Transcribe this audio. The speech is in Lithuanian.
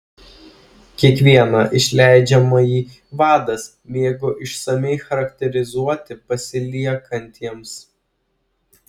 kiekvieną išleidžiamąjį vadas mėgo išsamiai charakterizuoti pasiliekantiems